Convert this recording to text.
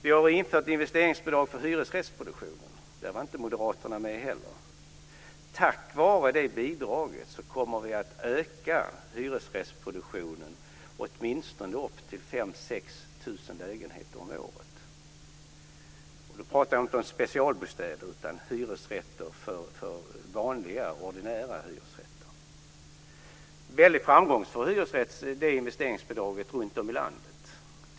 Vi har infört investeringsbidrag för hyresrättsproduktion, men inte heller det var Moderaterna med på. Tack vare det bidraget kommer hyresrättsproduktionen att öka till åtminstone 5 000-6 000 lägenheter om året. Nu pratar jag inte om specialbostäder utan om vanliga, ordinära hyresrätter. Det investeringsbidraget har varit en stor framgång runtom i landet för hyresrättsbyggandet.